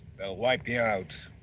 wipe you out.